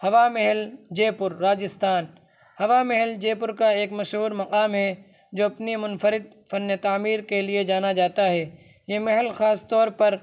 ہوا Mahal Jaipur Rajasthan Hawa Mahal Jaipur کا ایک مشہور مقام ہے جو اپنی منفرد فن تعمیر کے لیے جانا جاتا ہے یہ محل خاص طور پر